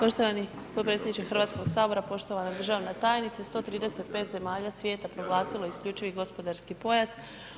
Poštovani potpredsjedniče Hrvatskog sabora, poštovana državna tajnice 135 zemalja svijeta proglasilo je isključivi gospodarski pojas.